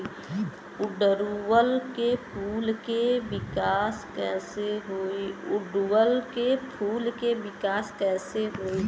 ओड़ुउल के फूल के विकास कैसे होई?